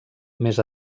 més